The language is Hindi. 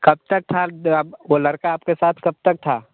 कब तक था द वो लड़का आपके साथ कब तक था